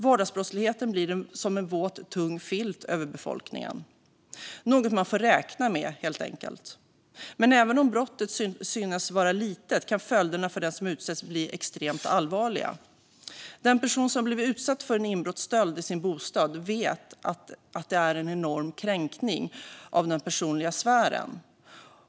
Vardagsbrottsligheten blir som en våt, tung filt över befolkningen - något man får räkna med, helt enkelt. Men även om brottet synes vara litet kan följderna för den som utsätts bli extremt allvarliga. Den person som har blivit utsatt för en inbrottsstöld i sin bostad vet att det är en enorm kränkning av den personliga sfären.